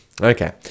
Okay